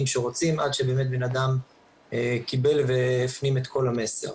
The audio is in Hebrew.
שרוצים עד שבאמת האדם קיבל והפנים את כל המסר.